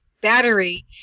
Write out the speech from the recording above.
battery